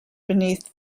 beneath